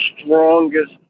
Strongest